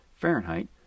Fahrenheit